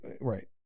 right